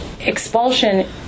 expulsion